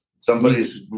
Somebody's